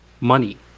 money